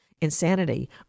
insanity